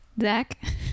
Zach